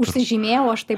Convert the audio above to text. užsižymėjau aš tai